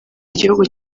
igihugu